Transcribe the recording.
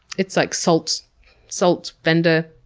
it's, like, salt salt vendor.